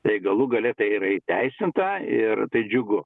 tai galų gale tai yra įteisinta ir tai džiugu